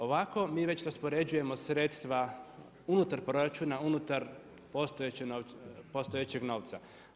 Ovako mi već to raspoređujemo sredstva unutar proračuna, unutar postojećeg novca.